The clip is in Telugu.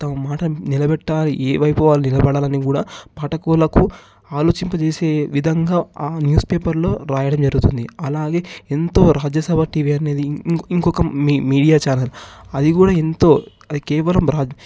తమ మాటను నిలబెట్టాలి ఏ వైపు వాళ్ళు నిలబడాలి అని కూడా పాఠకులకు ఆలోచింపజేసే విధంగా ఆ న్యూస్ పేపర్లో వ్రాయడం జరుగుతుంది అలాగే ఎంతో రాజ్య సభ టివి అనేది ఇంకొక మీ మీడియా ఛానెల్ అది కూడా ఎంతో అది కేవలం